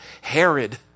Herod